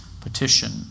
petition